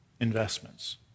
investments